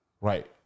Right